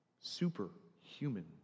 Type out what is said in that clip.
Superhuman